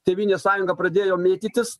tėvynės sąjunga pradėjo mėtytis